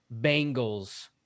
Bengals